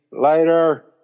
Later